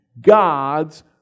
God's